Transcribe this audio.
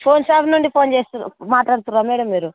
phone shop నుండి పని చేస్తున్నారా మాట్లాడుతున్నారా మేడం మీరు